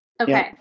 Okay